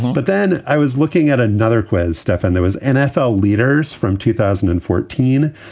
but then i was looking at another quiz. stefan, there was nfl leaders from two thousand and fourteen.